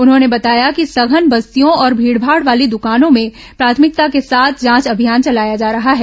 उन्होंने बताया कि सघन बस्तियों और भीडमाड वाली दुकानों में प्राथमिकता के साथ जांच अभियान चलाया जा रहा है